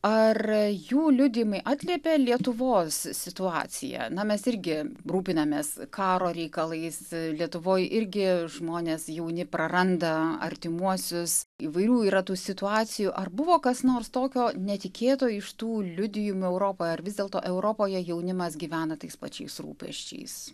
ar jų liudijimai atliepia lietuvos situaciją na mes irgi rūpinamės karo reikalais lietuvoje irgi žmonės jauni praranda artimuosius įvairių yra tų situacijų ar buvo kas nors tokio netikėto iš tų liudijimų europoje ar vis dėlto europoje jaunimas gyvena tais pačiais rūpesčiais